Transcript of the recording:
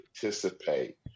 participate